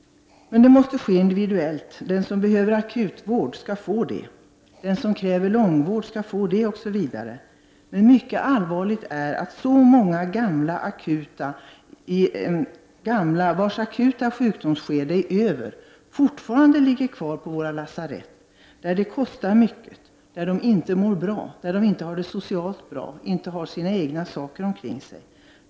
Men det måste ske individuellt. Den som behöver akutvård skall få det. Den som kräver långvård skall få det osv. Men mycket allvarligt är att så många gamla vars akuta sjukdomsskede är över fortfarande ligger kvar på våra lasarett, där de kostar mycket, där de inte mår bra, inte har det socialt bra och inte har sina saker omkring sig.